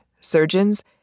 surgeons